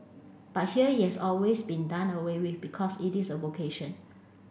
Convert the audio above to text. but here is always been done away with because it is a vocation